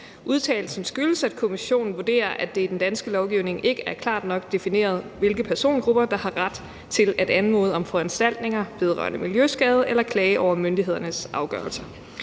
Udtalelsen skyldes, at Kommissionen vurderer, at det i den danske lovgivning ikke er klart nok defineret, hvilke persongrupper der har ret til at anmode om foranstaltninger vedrørende miljøskade eller klage over myndighedernes afgørelser.